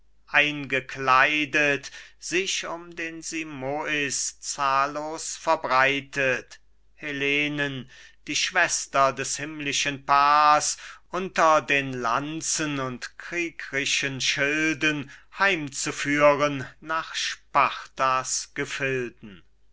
eingekleidet sich um den simois zahllos verbreitet helenen die schwester des himmlischen paars unter den lanzen und kriegrischen schilden heimzuführen nach spartas gefilden